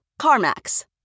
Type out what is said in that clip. CarMax